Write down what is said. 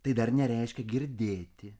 tai dar nereiškia girdėti